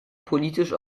politisch